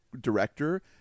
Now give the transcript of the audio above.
director